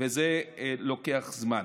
וזה לוקח זמן.